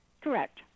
Correct